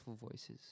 voices